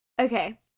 Okay